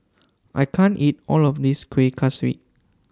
I can't eat All of This Kueh Kaswi